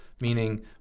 meaning